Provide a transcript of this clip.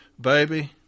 baby